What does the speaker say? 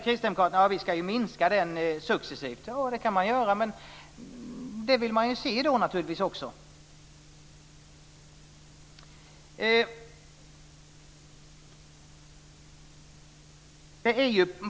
Kristdemokraterna säger: Vi ska ju minska avgiften successivt. Ja, det kan man väl göra. Men det vill man naturligtvis också se.